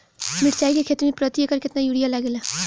मिरचाई के खेती मे प्रति एकड़ केतना यूरिया लागे ला?